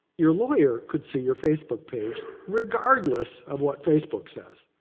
your lawyer could see your facebook page regardless of what facebook says.